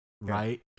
Right